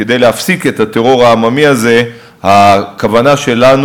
כדי להפסיק את הטרור העממי הזה הכוונה שלנו